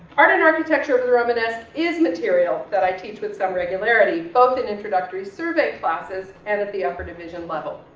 art and architecture of the romanesque is material that i teach with some regularity, both in introductory survey classes and at the upper division level.